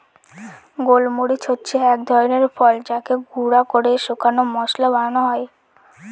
গোল মরিচ হচ্ছে এক ধরনের ফল যাকে গুঁড়া করে শুকনো মশলা বানানো হয়